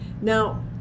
now